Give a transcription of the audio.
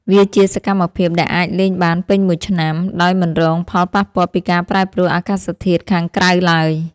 វាជាសកម្មភាពដែលអាចលេងបានពេញមួយឆ្នាំ ដោយមិនរងផលប៉ះពាល់ពីការប្រែប្រួលអាកាសធាតុខាងក្រៅឡើយ។